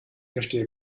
verstehe